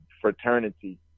fraternity